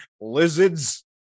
lizards